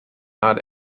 not